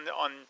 on –